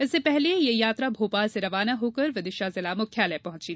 इससे पहले ये यात्रा भोपाल से रवाना होकर विदिशा जिला मुख्यालय पहुंची